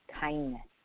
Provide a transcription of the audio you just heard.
kindness